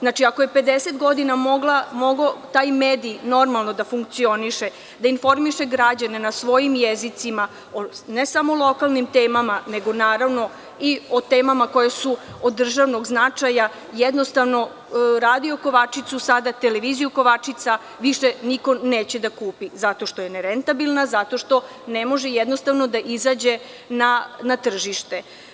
Znači, ako je 50 godina mogao taj mediji normalno da funkcioniše, da informiše građane na svojim jezicima o ne samo lokalnim temama nego naravno i o temama koje su od državnoj značaj, jednostavno Radio „Kovačicu“, Televiziju „Kovačica“ više niko neće da kupi zato što je nerentabilna, zato što ne može da izađe na tržište.